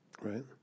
right